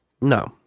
No